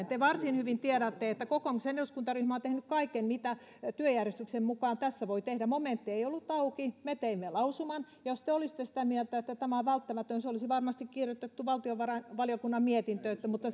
te varsin hyvin tiedätte että kokoomuksen eduskuntaryhmä on tehnyt kaiken mitä työjärjestyksen mukaan tässä voi tehdä momentti ei ollut auki me teimme lausuman jos te olisitte sitä mieltä että tämä on välttämätön se olisi varmasti kirjoitettu valtiovarainvaliokunnan mietintöön mutta